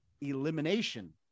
elimination